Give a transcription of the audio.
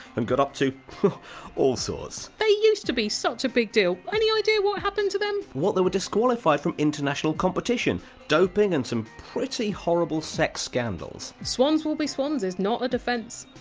and got up to all sorts they used to be such a big deal any idea what happened to them? they were disqualified from international competition. doping, and some pretty horrible sex scandals! swans will be swans! is not a defence